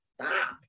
stop